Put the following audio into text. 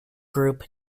groups